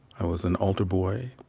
i was an alter boy.